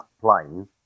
plane